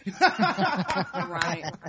Right